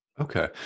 Okay